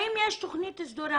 האם יש תוכנית סדורה?